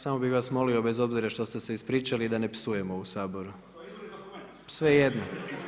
Samo bih vas molio bez obzira što ste se ispričali, da ne psujemo u Saboru [[Upadica Glasnović: To je izvorni dokument.]] Svejedno.